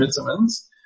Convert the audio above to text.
vitamins